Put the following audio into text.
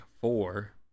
four